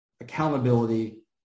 accountability